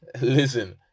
Listen